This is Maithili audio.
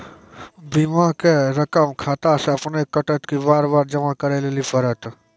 बीमा के रकम खाता से अपने कटत कि बार बार जमा करे लेली पड़त?